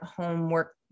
homework